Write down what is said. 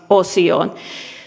osioon